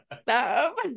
Stop